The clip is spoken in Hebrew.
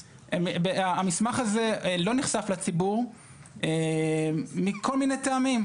המסמך הזה לא נחשף לציבור מכל מיני טעמים.